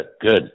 Good